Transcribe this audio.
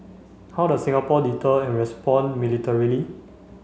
how does Singapore deter and respond militarily